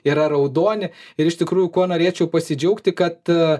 yra raudoni ir iš tikrųjų kuo norėčiau pasidžiaugti kad